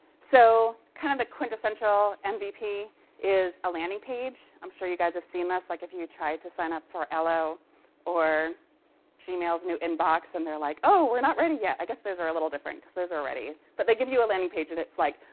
so kind of quintessential and mvp is a landing page. i'm sure you guys have seen this. like if you tried to sign up for ello or gmail's new inbox, and they're like oh, we're not ready yet! i guess those are a little different, because those are ready. but they give you a landing page, and it's like,